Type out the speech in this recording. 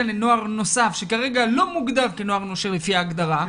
לנוער נוסף שכרגע לא מוגדר כנוער נושר לפי ההגדרה.